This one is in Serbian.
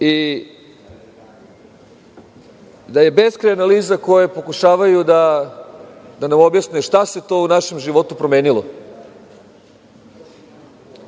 i da je beskraj analiza koje pokušavaju da nam objasne šta se to u našem životu promenilo.